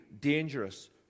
dangerous